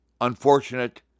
unfortunate